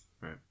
Right